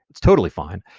it's totally fine.